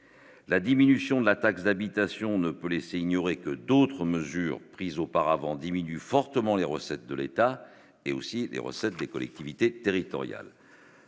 La diminution de la taxe d'habitation ne peut laisser ignorer que d'autres mesures prises auparavant diminue fortement les recettes de l'État et aussi les recettes des collectivités territoriales.